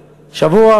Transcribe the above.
שבוע.